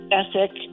ethic